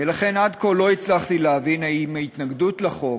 לכן עד כה לא הצלחתי להבין אם ההתנגדות לחוק